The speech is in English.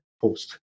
post